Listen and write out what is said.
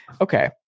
okay